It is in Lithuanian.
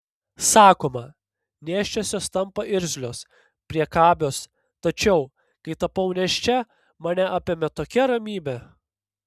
sakoma nėščiosios tampa irzlios priekabios tačiau kai tapau nėščia mane apėmė tokia ramybė